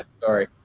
sorry